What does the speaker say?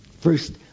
First